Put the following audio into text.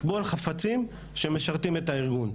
כמו אל חפצים שמשרתים את הארגון.